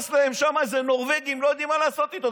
נמשיך להיות כאן,